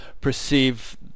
perceive